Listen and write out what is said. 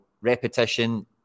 repetition